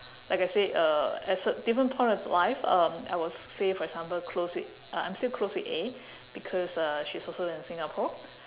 like I said uh at cer~ different point of life um I was say for example close with uh I'm still close with A because uh she's also in singapore